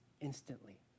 instantly